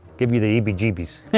give you the heebie jeebies